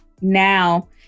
now